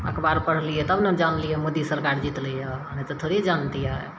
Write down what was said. अखबार पढ़लिए तब ने जानलिए मोदी सरकार जितलै यऽ नहि तऽ थोड़ी जानतिए